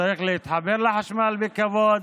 וצריך להתחבר לחשמל בכבוד,